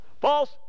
False